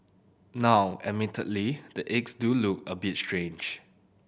now admittedly the eggs do look a bit strange